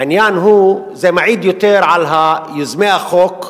העניין הוא, זה מעיד יותר על יוזמי החוק,